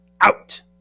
out